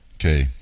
Okay